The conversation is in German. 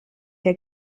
der